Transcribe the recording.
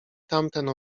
tamten